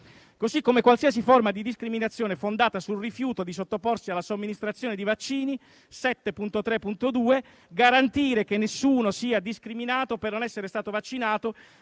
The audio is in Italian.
così come qualsiasi forma di discriminazione fondata sul rifiuto di sottoporsi alla somministrazione di vaccini ("*7.3.2 garantire che nessuno sia discriminato per non essere stato vaccinato,